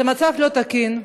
זה מצב לא תקין.